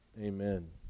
Amen